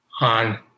On